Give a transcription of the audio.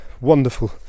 wonderful